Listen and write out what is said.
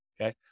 Okay